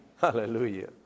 Hallelujah